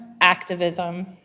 activism